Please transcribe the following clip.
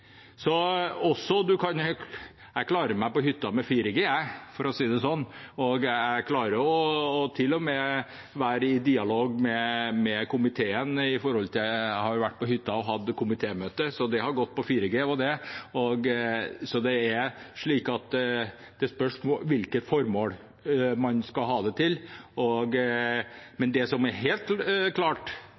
hytta med 4G, for å si det sånn, og jeg klarer til og med å være i dialog med komiteen. Jeg har vært på hytta og hatt komitémøte, og det har gått på 4G. Det spørs hvilke formål man skal ha det til. Det som helt klart er beklagelig, er disse eksemplene som Arbeiderpartiets representant kommer med, og som også Arne Nævra nevner, at det er enkeltpersoner som blir skadelidende fordi leverandørene ikke er